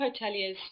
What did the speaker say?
hoteliers